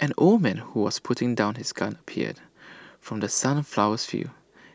an old man who was putting down his gun appeared from the sunflower fields